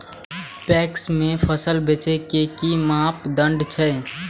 PACS में फसल बेचे के कि मापदंड छै?